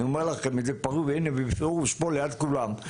אני אומר לכם את זה פה, הנה, בפירוש ליד כולם.